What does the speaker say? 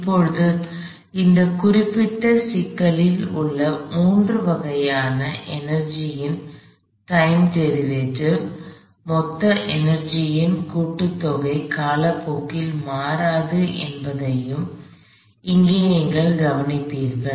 இப்போது இந்த குறிப்பிட்ட சிக்கலில் உள்ள மூன்று வகையான எனர்ஜியின் டைம் டெரிவேடீவ் மொத்த எனர்ஜியின் கூட்டுத்தொகை காலப்போக்கில் மாறாது என்பதையும் இங்கே நீங்கள் கவனிப்பீர்கள்